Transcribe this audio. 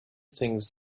things